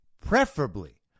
preferably